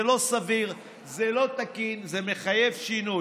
זה לא סביר, זה לא תקין, זה מחייב שינוי.